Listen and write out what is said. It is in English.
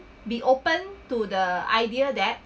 be open to the idea that